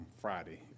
Friday